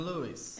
Luis